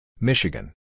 Michigan